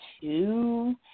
two